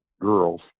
girls